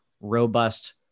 robust